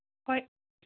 ꯍꯣꯏ